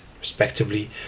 respectively